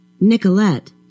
Nicolette